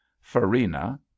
farina